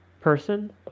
person